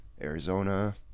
Arizona